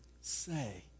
say